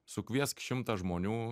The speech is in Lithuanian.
sukviesk šimtą žmonių